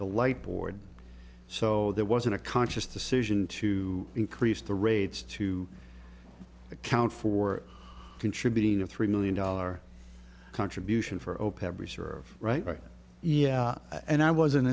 the light board so that wasn't a conscious decision to increase the rates to account for contributing a three million dollars contribution for opeth reserve right yeah and i wasn't